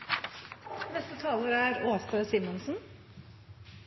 Havvindmøller vil være en viktig framtidig næring som gir oss muligheter til å